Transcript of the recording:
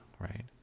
right